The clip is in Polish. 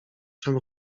czem